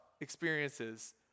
experiences